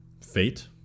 fate